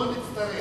לא נצטרך,